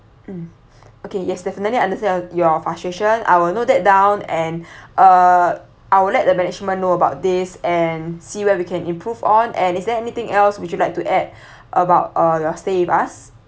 mm okay yes definitely understand y~ your frustration I will note that down and uh I will let the management know about this and see where we can improve on and is there anything else would you like to add about uh your stay with us